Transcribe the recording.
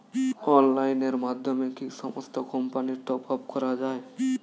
অনলাইনের মাধ্যমে কি সমস্ত কোম্পানির টপ আপ করা যায়?